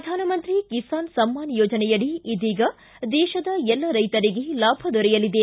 ಪ್ರಧಾನಮಂತ್ರಿ ಕಿಸಾನ್ ಸಮ್ಮಾನ ಯೋಜನೆಯಡಿ ಇದೀಗ ದೇಶದ ಎಲ್ಲ ರೈತರಿಗೆ ಲಾಭ ದೊರೆಯಲಿದೆ